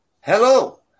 Hello